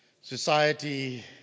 society